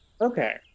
Okay